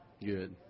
Good